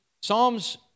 Psalms